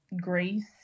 grace